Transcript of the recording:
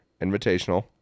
Invitational